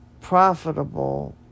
profitable